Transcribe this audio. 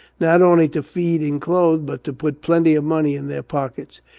not only to feed and clothe, but to put plenty of money in their pockets.